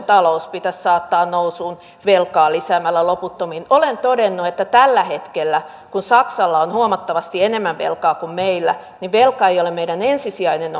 talous pitäisi saattaa nousuun velkaa lisäämällä loputtomiin olen todennut että tällä hetkellä kun saksalla on huomattavasti enemmän velkaa kuin meillä niin velka ei ole meidän ensisijainen